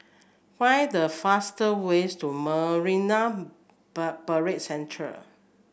find the faster ways to Marine Parade Central